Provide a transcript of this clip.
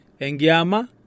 Engiama